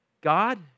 God